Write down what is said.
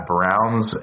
Browns